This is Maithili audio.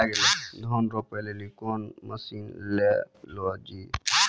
धान रोपे लिली कौन मसीन ले लो जी?